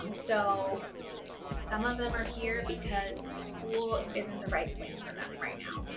um so some of them are here because school isn't the right place for them right now.